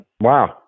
Wow